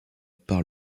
par